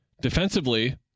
Defensively